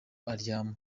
aryama